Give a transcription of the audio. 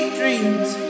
dreams